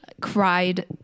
Cried